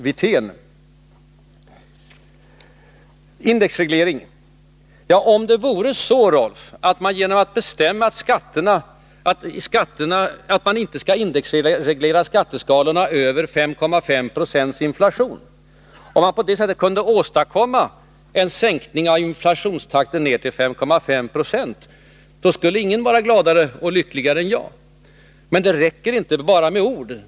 Beträffande indexregleringen vill jag säga att om det vore så, Rolf Wirtén, att man genom att bestämma att man inte skall indexreglera skatteskalorna över 5,5 eo inflation kunde åstadkomma en sänkning av inflationstakten ner till 5,5 20, då skulle ingen vara gladare och lyckligare än jag. Men det räcker inte bara med ord.